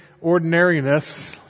ordinariness